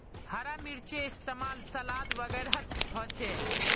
हरा मिर्चै इस्तेमाल सलाद वगैरहत होचे